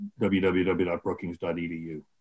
www.brookings.edu